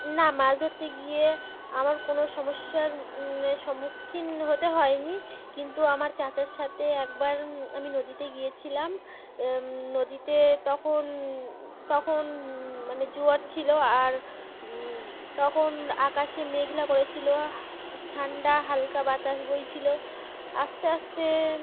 না মাছ ধরতে গিয়ে আমার কোনো সমস্যার সম্মুখীন হতে হয়নি কিন্তু আমার চাচার সাথে একবার আমি নদীতে গিয়েছিলাম নদীতে তখন তখন মানে জোয়ার ছিল আর তখন আকাশে মেঘলা করেছিল ঠান্ডা হালকা বাতাস বইছিল আস্তে আস্তে